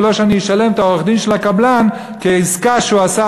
ולא אשלם לעורך-דין של הקבלן בעסקה שהוא עשה,